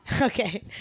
Okay